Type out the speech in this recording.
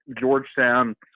Georgetown